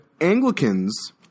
Anglicans